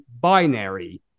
binary